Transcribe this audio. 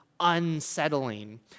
unsettling